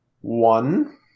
One